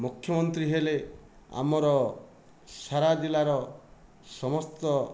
ମୁଖ୍ୟମନ୍ତ୍ରୀ ହେଲେ ଆମର ସାରା ଜିଲ୍ଲାର ସମସ୍ତ